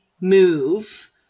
move